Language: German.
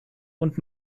und